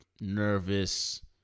nervous